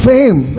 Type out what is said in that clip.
Fame